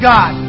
God